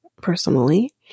personally